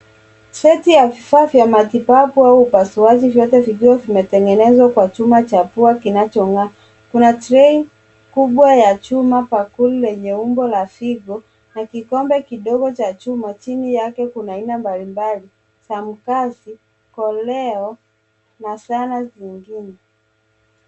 Seti ya vifaa vya matibabu au upasuaji vyote vikiwa vimetengenezwa kwa chuma cha pua kinachong'aa. Kuna trei kubwa ya chuma, bakuli lenye umbo la figo, na kikombe kidogo cha chuma. Chini yake kuna aina mbalimbali chamkazi, koleo, na zana zingine.